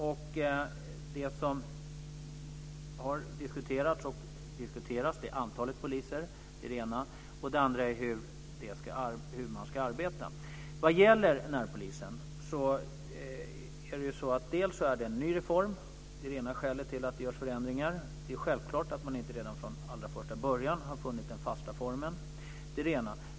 Det ena som har diskuterats och diskuteras är antalet poliser, och det andra är hur man ska arbeta. Vad gäller närpolisen så är detta en ny reform. Det är det ena skälet till att det görs förändringar. Det är självklart att man inte redan från allra första början har funnit den fasta formen.